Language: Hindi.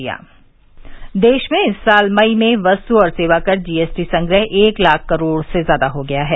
जी एस टी देश में इस साल मई में वस्त् और सेवा कर जीएसटी संग्रह एक लाख करोड़ से ज़्यादा हो गया है